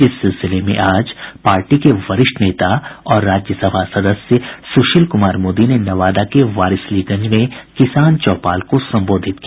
इस सिलसिले में आज पार्टी के वरिष्ठ नेता और राज्य सभा सदस्य सुशील कुमार मोदी ने नवादा के वारिसलीगंज में किसान चौपाल को संबोधित किया